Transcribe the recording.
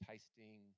Tasting